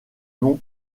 nom